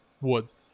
Woods